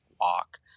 walk